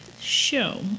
show